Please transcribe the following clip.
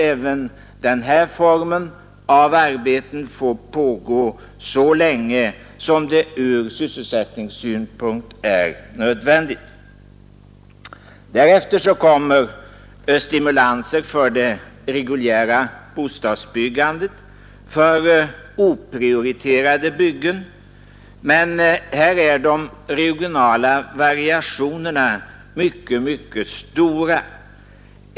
Även den här formen av arbeten bör få pågå så länge som det ur sysselsättningssynpunkt är nödvändigt. Därefter kommer stimulanser till det reguljära bostadsbyggandet för oprioriterade byggen, men här är de regionala variationerna mycket stora.